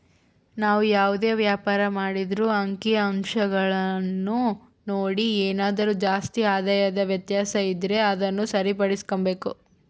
ನಾವು ಯಾವುದೇ ವ್ಯಾಪಾರ ಮಾಡಿದ್ರೂ ಅಂಕಿಅಂಶಗುಳ್ನ ನೋಡಿ ಏನಾದರು ಜಾಸ್ತಿ ಆದಾಯದ ವ್ಯತ್ಯಾಸ ಇದ್ರ ಅದುನ್ನ ಸರಿಪಡಿಸ್ಕೆಂಬಕು